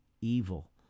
evil